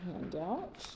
handout